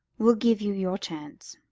we'll give you your chance.